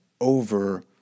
over